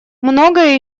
многое